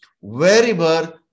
wherever